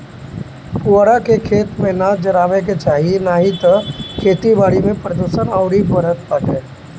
पुअरा के, खेत में ना जरावे के चाही नाही तअ खेती बारी में प्रदुषण अउरी बढ़त बाटे